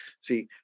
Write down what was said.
See